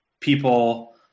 people